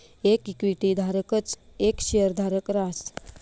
येक इक्विटी धारकच येक शेयरधारक रहास